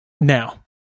Now